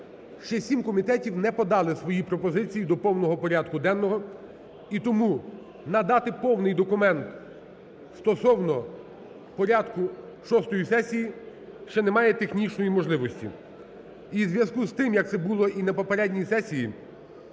Ще сім комітетів не подали свої пропозиції до повного порядку денного, і тому надати повний документ стосовно порядку шостої сесії ще немає технічної можливості. І у зв'язку з тим, як це було і на попередній сесії,